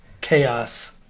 chaos